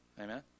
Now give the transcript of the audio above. amen